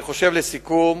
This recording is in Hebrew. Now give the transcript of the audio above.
לסיכום,